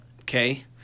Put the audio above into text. okay